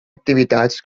activitats